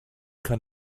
kann